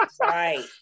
Right